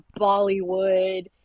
Bollywood